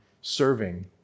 serving